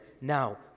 Now